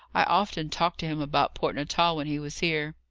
i often talked to him about port natal when he was here.